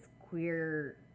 queer